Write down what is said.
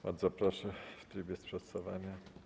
Bardzo proszę, w trybie sprostowania.